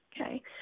okay